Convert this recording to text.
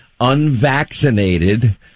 unvaccinated